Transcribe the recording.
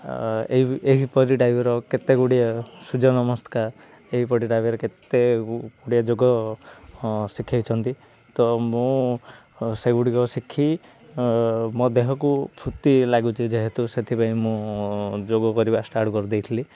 ଏହି ଏହିପରି କେତେଗୁଡ଼ିଏ ସୁୂର୍ଯ୍ୟ ନମସ୍କାର ଏହିପରି କେତେ ଗୁଡ଼ିଏ ଯୋଗ ହଁ ଶିଖେଇଛନ୍ତି ତ ମୁଁ ସେଗୁଡ଼ିକ ଶିଖି ମୋ ଦେହକୁ ଫୁର୍ତ୍ତି ଲାଗୁଛି ଯେହେତୁ ସେଥିପାଇଁ ମୁଁ ଯୋଗ କରିବା ଷ୍ଟାର୍ଟ କରିଦେଇଥିଲି